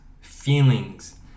feelings